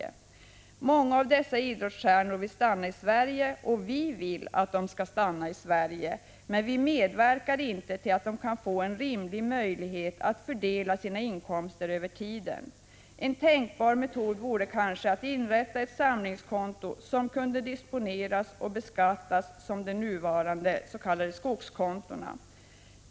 Många av — 24 april 1986 dessa idrottsstjärnor vill stanna i Sverige, och vi vill att de skall stanna i = Skattefrågor rörande Sverige, men vi medverkar inte till att de kan få en rimlig möjlighet att EG iv i - é z LE ideella föreningar, fördela sina inkomster över tiden. En tänkbar metod vore kanske att inrätta Är ett samlingskonto som kunde disponeras och beskattas som de nuvarande s.k. skogskontona.